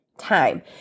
Time